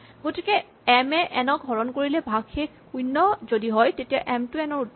গতিকে এম এ এন ক হৰণ কৰিলে ভাগশেষ শূণ্য যদি হয় তেতিয়া এম টো এন ৰ উৎপাদক